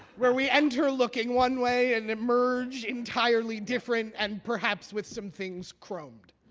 where we enter looking one way and emerge entirely different and perhaps with some things chromed.